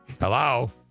hello